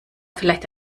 vielleicht